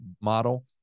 model